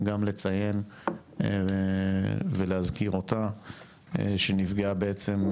גם לציין ולהזכיר אותה שפגעה בעצם,